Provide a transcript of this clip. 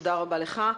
תודה רבה לך.